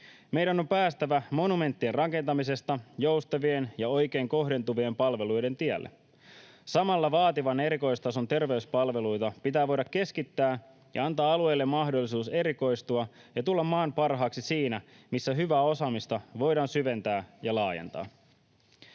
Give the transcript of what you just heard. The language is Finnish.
Meidän on päästävä monumenttien rakentamisesta joustavien ja oikein kohdentuvien palveluiden tielle. Samalla vaativan erikoistason terveyspalveluita pitää voida keskittää ja antaa alueille mahdollisuus erikoistua ja tulla maan parhaaksi siinä, missä hyvää osaamista voidaan syventää ja laajentaa.